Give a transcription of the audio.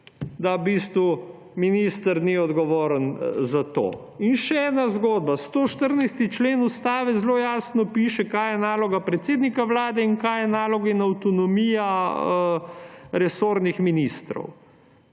da v bistvu minister ni odgovoren za to. In še ena zgodba. 114. člen Ustave zelo jasno piše, kaj je naloga predsednika Vlade in kaj je naloga in avtonomija resornih ministrov.